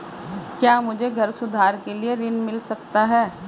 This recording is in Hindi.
क्या मुझे घर सुधार के लिए ऋण मिल सकता है?